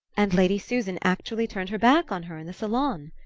and lady susan actually turned her back on her in the salon?